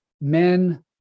men